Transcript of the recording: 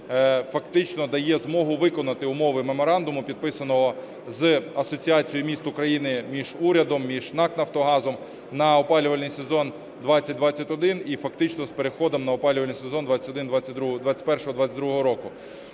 фактично дає змогу виконати умови меморандуму, підписаного з Асоціацією міст України між урядом, між НАК "Нафтогазом" на опалювальний сезон 2020/21 і фактично з переходом на опалювальний сезон 2021/22 року,